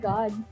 God